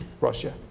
Russia